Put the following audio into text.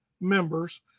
members